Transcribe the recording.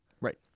Right